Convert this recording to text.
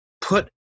put